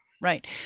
right